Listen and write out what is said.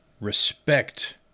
respect